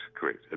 Correct